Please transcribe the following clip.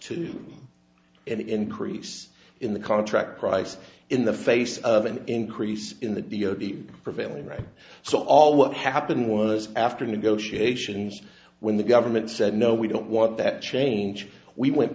to an increase in the contract price in the face of an increase in the d o b prevailing right so all what happened was after negotiations when the government said no we don't want that change we went